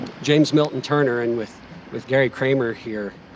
james milton turner, and with with gary kremer here,